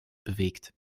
bewegt